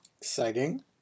Exciting